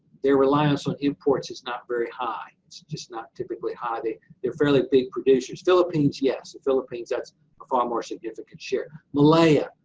they're reliance on imports is not very high, it's just not typically high, they're fairly big producers. philippines yes, the philippines that's a far more significant share. malaya,